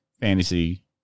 fantasy